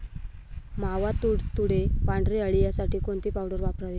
मावा, तुडतुडे, पांढरी अळी यासाठी कोणती पावडर वापरावी?